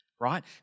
right